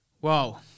Wow